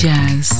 Jazz